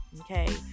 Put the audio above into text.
okay